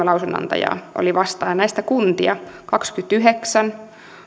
lausunnonantajaa oli vastaan ja näistä kuntia kaksikymmentäyhdeksän